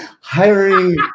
hiring